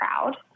proud